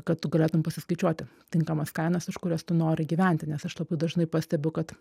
kad tu galėtum pasiskaičiuoti tinkamas kainas už kurias tu nori gyventi nes aš labai dažnai pastebiu kad